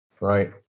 Right